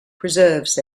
preserves